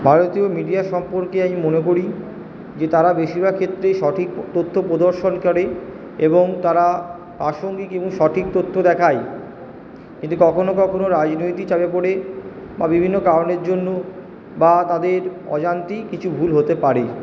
ভারতীয় মিডিয়া সম্পর্কে আমি মনে করি যে তারা বেশিরভাগ ক্ষেত্রেই সঠিক তথ্য প্রদর্শন করে এবং তারা প্রাসঙ্গিক এবং সঠিক তথ্য দেখায় কিন্তু কখনও কখনও রাজনৈতিক চাপে পড়ে বা বিভিন্ন কারণের জন্য বা তাদের অজান্তেই কিছু ভুল হতে পারে